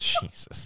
Jesus